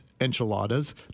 enchiladas